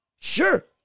Sure